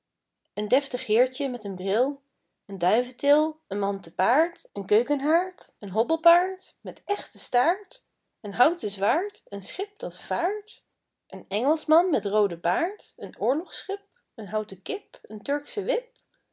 een deftig heertje men een bril een duiventil een man te paard een keukenhaard een hobbelpaard met echten staart een houten zwaard een schip dat vaart een engelschman met rooden baard een oorlogschip een houten kip een turksche wip